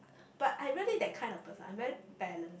but I really that kind of person I really balance